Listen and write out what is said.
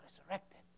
resurrected